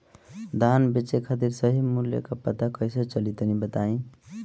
धान बेचे खातिर सही मूल्य का पता कैसे चली तनी बताई?